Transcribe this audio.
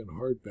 hardback